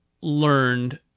learned